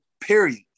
period